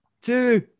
two